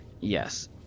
Yes